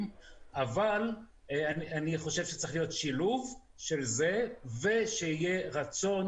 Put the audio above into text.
אבל אני חושב שצריך להיות שילוב של זה ושיהיה רצון,